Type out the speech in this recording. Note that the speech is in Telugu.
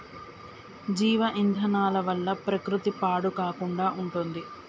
జీవ ఇంధనాల వల్ల ప్రకృతి పాడు కాకుండా ఉంటుంది